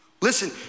listen